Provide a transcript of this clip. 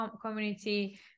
community